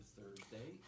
Thursday